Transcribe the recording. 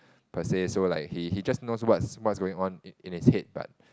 per say so like he he just know what's what's going on in in his head but